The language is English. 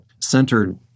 centered